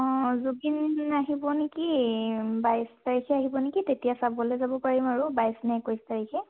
অঁ জুবিন আহিব নেকি বাইছ তাৰিখে আহিব নেকি তেতিয়া চাবলে যাব পাৰিম আৰু বাইছ নে একৈছ তাৰিখে